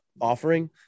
offering